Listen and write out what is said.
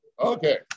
okay